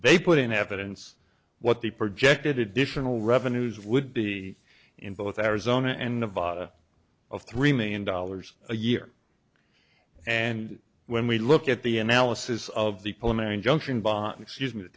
they put in evidence what the projected additional revenues would be in both arizona and nevada of three million dollars a year and when we look at the analysis of the